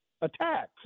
attacks